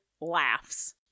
laughs